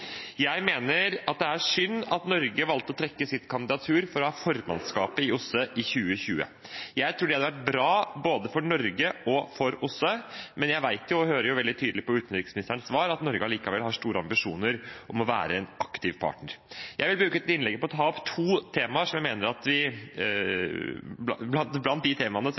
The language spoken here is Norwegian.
Jeg mener det er synd at Norge valgte å trekke sitt kandidatur til formannskapet i OSSE i 2020. Jeg tror det hadde vært bra både for Norge og for OSSE, men jeg vet, og jeg hører veldig tydelig av utenriksministerens svar, at Norge allikevel har store ambisjoner om å være en aktiv partner. Jeg vil bruke dette innlegget til å ta opp to temaer som jeg mener er blant de temaene